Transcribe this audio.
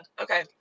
Okay